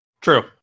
True